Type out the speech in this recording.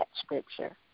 scripture